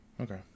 Okay